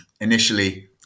initially